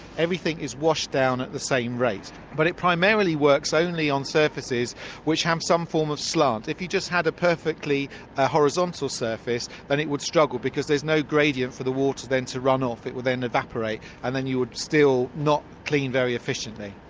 everything is washed down at the same rate, but it primarily works only on surfaces which have some form of slant. if you just had a perfectly horizontal surface then it would struggle because there's no gradient for the water then to run off, it would then evaporate and then you would still not clean very efficiently.